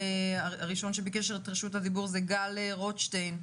הראשון שביקש את רשות הדיבור זה גל רוטשטיין,